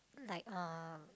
like um